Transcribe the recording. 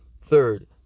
Third